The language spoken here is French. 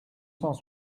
cent